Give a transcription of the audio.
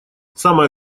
самое